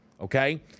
Okay